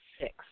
six